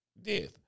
Death